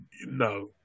No